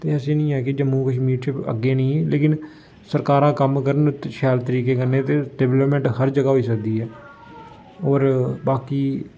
ते ऐसे निं ऐ कि जम्मू कश्मीर च अग्गें निं लेकिन सरकारां कम्म करन ते शैल तरीके कन्नै ते डिवैल्पमैंट हर ज'गा होई सकदी ऐ होर बाकी